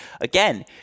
again